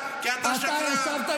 כי אתה שקרן,